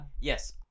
Yes